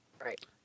Right